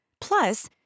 Plus